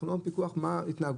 אנחנו לא בפיקוח מה ההתנהגות.